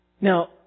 Now